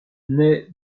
naît